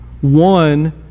One